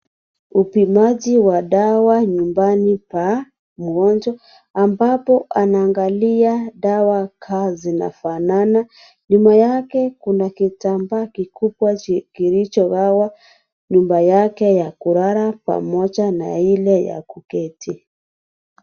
Upimaji wa dawa nyumbani pa mgonjwa ambapo anaangalia dawa Ka zinafanana. Nyuma yake kuna kitambaa kikubwa kilicho gawa nyumba yake ya kulala pamoja na Ile ya kuketi.